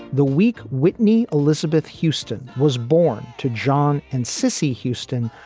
the week whitney elizabeth houston was born to john and cissy houston.